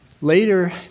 Later